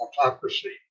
autocracy